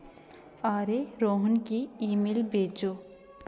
अरे रोहन गी ईमेल भेजो